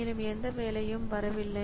மேலும் எந்த வேலையும் வரவில்லை